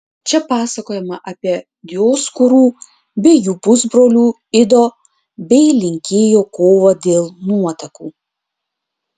čia pasakojama apie dioskūrų bei jų pusbrolių ido bei linkėjo kovą dėl nuotakų